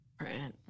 right